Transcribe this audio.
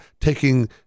taking